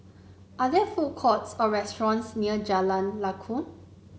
are there food courts or restaurants near Jalan Lakum